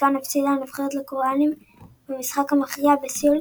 גן הפסידה הנבחרת לקוריאנים במשחק המכריע בסיאול,